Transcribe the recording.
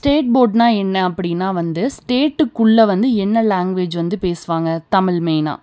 state போர்டுன்னால் என்ன அப்படின்னா வந்து ஸ்டேட்டுக்குள்ளே வந்து என்ன லாங்குவேஜ் வந்து பேசுவாங்க தமிழ் மெயினாக